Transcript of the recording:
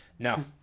No